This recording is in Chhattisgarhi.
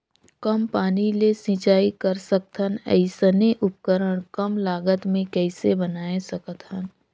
कम पानी ले सिंचाई कर सकथन अइसने उपकरण कम लागत मे कइसे बनाय सकत हन?